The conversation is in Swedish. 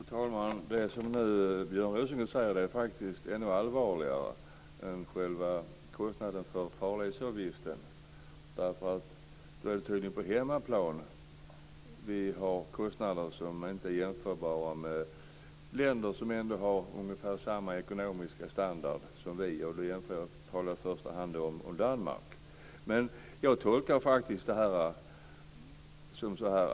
Fru talman! Det som Björn Rosengren nu säger är faktiskt ännu allvarligare än själva farledsavgiften. Det är tydligen på hemmaplan vi har kostnader som inte är jämförbara med kostnader i länder som ändå har ungefär samma ekonomiska standard som vi. Jag talar i första hand om Danmark. Jag tolkar det så här.